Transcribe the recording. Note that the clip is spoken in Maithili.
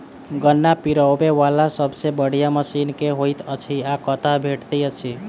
गन्ना पिरोबै वला सबसँ बढ़िया मशीन केँ होइत अछि आ कतह भेटति अछि?